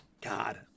God